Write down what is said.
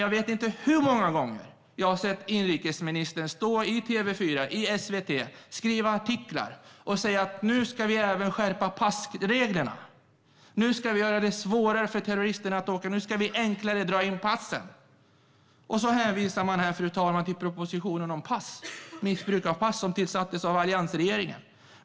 Jag vet inte hur många gånger jag har sett inrikesministern stå i TV4 och SVT eller skriva artiklar där han säger att nu ska vi även skärpa passreglerna och göra det svårare för terrorister att åka, och nu ska det bli enklare att dra in passen. Och så hänvisar man här, fru talman, till propositionen om missbruk av pass som tillsattes av alliansregeringen.